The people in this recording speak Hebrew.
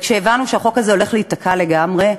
וכשהבנו שהחוק הזה הולך להיתקע לגמרי,